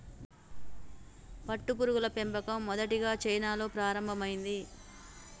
పట్టుపురుగుల పెంపకం మొదటిగా చైనాలో ప్రారంభమైంది